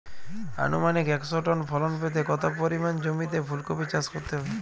আনুমানিক একশো টন ফলন পেতে কত পরিমাণ জমিতে ফুলকপির চাষ করতে হবে?